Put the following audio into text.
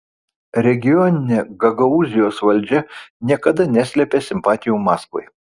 regioninė gagaūzijos valdžia niekada neslėpė simpatijų maskvai